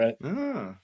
right